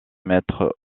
mètres